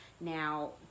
Now